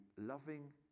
loving